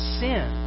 sin